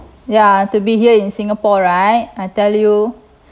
ya to be here in singapore right I tell you